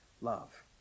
love